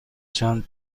چند